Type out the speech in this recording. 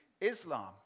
Islam